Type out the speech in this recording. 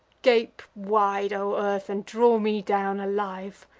gape wide, o earth, and draw me down alive!